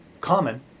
common